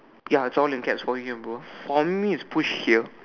ya it's all in caps for me bro for me is push here